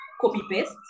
copy-paste